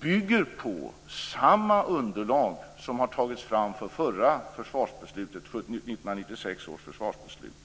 bygger på samma underlag som togs fram för 1996 års försvarsbeslut.